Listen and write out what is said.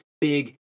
big